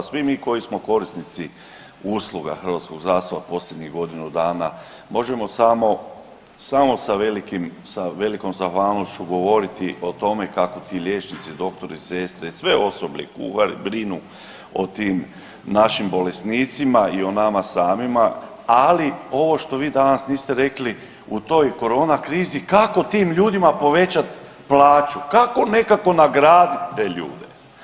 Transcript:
Svi mi koji smo korisnici usluga hrvatskog zdravstva posljednjih godinu dana možemo samo, samo sa velikim, sa velikom zahvalnošću govoriti o tome kako ti liječnici, doktori, sestre, sve osoblje, kuhari, brinu o tim našim bolesnicima i o nama samima, ali ovo što vi danas niste rekli u toj korona krizi kako tim ljudima povećat plaću, kako nekako nagradit te ljude.